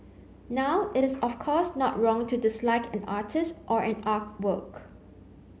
now it is of course not wrong to dislike an artist or an artwork